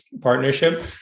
partnership